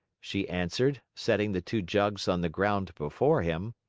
she answered, setting the two jugs on the ground before him.